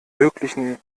möglichen